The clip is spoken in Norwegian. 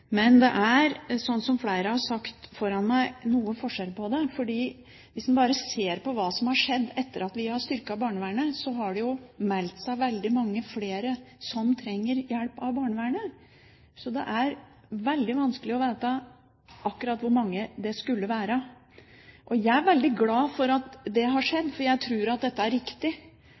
men det er, som flere har sagt før meg, noen forskjeller på det. Hvis man ser på hva som har skjedd etter at vi styrket barnevernet, ser man at det har meldt seg veldig mange flere som trenger hjelp av barnevernet. Så det er veldig vanskelig å vite akkurat hvor mange det er. Jeg er veldig glad for at det har skjedd, for jeg tror at dette er riktig.